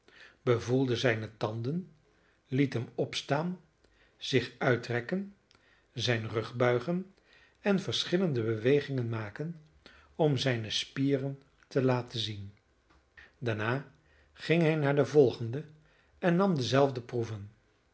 bevoelde zijne tanden liet hem opstaan zich uitrekken zijn rug buigen en verschillende bewegingen maken om zijne spieren te laten zien daarna ging hij naar den volgenden en nam dezelfde proeven